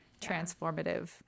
transformative